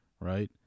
right